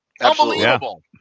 Unbelievable